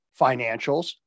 financials